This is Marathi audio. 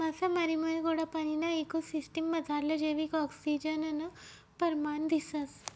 मासामारीमुये गोडा पाणीना इको सिसटिम मझारलं जैविक आक्सिजननं परमाण दिसंस